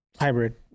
hybrid